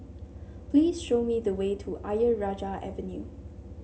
please show me the way to Ayer Rajah Avenue